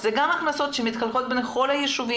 אלה גם הכנסות שמתחלקות בין כל הישובים,